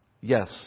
Yes